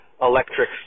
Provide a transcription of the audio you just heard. electric